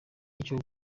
icyo